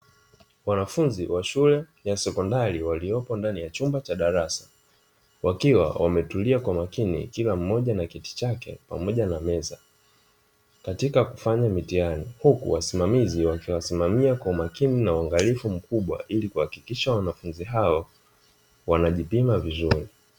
Wanafunzi wa shule ya sekondari waliopo ndani ya chumba cha darasa, wakiwa wametulia kwa makini kila mmoja na kiti chake pamoja na meza katika kufanya mtihani, huku wasimamizi wakiwasimamia kwa umakini na uangalifu mkubwa ili kuhakikisha wanafunzi hao wanajipima vizuri.